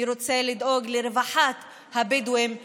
מי רוצה לדאוג לרווחת הבדואים והערבים?